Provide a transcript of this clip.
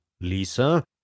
Lisa